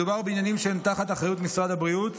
מדובר בעניינים שהם תחת אחריות משרד הבריאות,